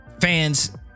fans